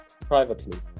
privately